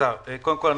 קודם כול,